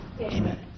Amen